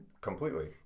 Completely